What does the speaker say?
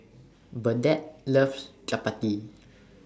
Burdette loves Chapati